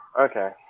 Okay